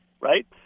right